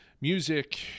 music